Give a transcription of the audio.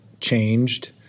changed